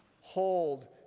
hold